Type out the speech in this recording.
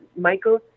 Michael